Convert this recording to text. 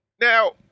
now